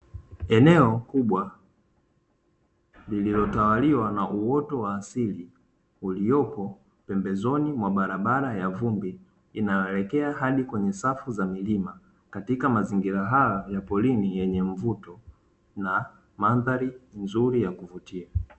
Eneo kubwa lililotawaliwa na uoto wa asili uliopo pembezoni mwa barabara ya vumbi inayoelekea hadi kwenye safu za milima, katika mazingira haya ya porini yenye mvuto na mandhari nzuri ya kuvutia.